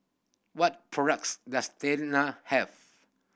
what products does Tena have